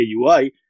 AUI